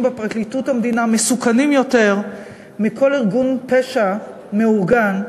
בפרקליטות המדינה מסוכנים יותר מכל ארגון פשע מאורגן,